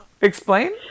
Explain